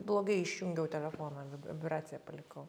blogai išjungiau telefoną vib vibraciją palikau